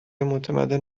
متمدن